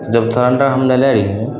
जब सिलेण्डर हम लेले रहिए